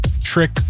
trick